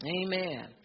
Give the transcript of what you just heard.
amen